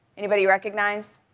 anybody recognize?